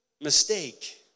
mistake